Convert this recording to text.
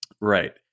Right